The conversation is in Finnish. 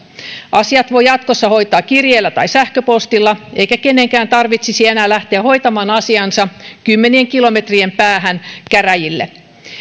asiat voi jatkossa hoitaa kirjeellä tai sähköpostilla eikä kenenkään tarvitsisi enää lähteä hoitamaan asiaansa kymmenien kilometrien päähän käräjille